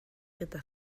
gyda